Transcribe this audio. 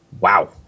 wow